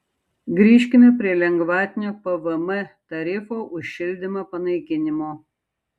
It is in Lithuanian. grįžkime prie lengvatinio pvm tarifo už šildymą panaikinimo